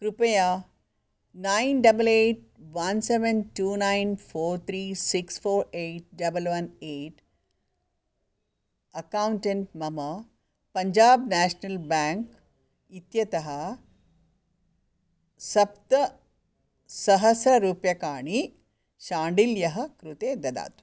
कृपया nine double eight one seven two nine four three six four eight double one eight account मम Punjab National Bank इत्यतः सप्तसहस्ररूप्यकाणि शाण्डिल्यः कृते ददातु